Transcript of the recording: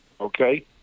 Okay